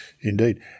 Indeed